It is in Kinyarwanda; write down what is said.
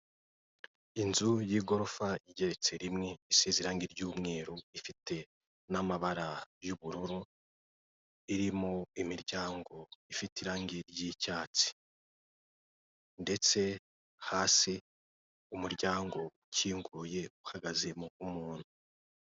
Inzu y'igorofa igeretse rimwe, isize irangi ry'umweru, ifite n'amabara y'ubururu, irimo imiryango ifite irangi ry'icyatsi ndetse hasi umuryango ukinguye, uhagazemo umuntu.